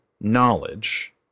knowledge